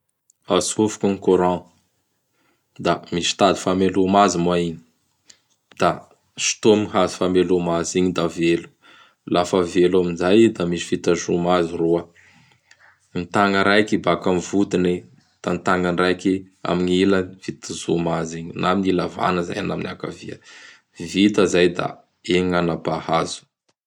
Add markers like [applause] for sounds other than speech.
[noise] Atsofoky gny courant da misy tady fameloma azy moa igny; da sotomy tady fameloma azy igny da velo. [noise] Lafa velo amin'izay i da misy hazo fitazoma azy roa. [noise] Gny tagna raiky baka amin'gny vodiny; da gny tagna raiky amin'ila fitazoma azy igny na amin'gny ila havagna izay na amin'gny akavia. [noise] Vita izay da igny gny anapaha hazo. [noise]